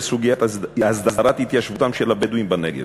סוגיית הסדרת התיישבותם של הבדואים בנגב,